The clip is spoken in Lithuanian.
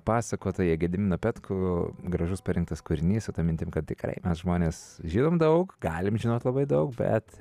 pasakotoją gediminą petkų gražus parinktas kūrinys su ta mintim kad tikrai mes žmonės žinom daug galim žinot labai daug bet